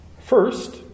First